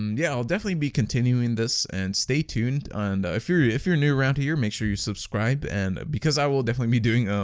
yeah i'll definitely be continuing this and stay tuned and if you're if you're new around here make sure you subscribe and because i will definitely be doing,